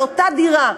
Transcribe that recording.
על אותה דירה.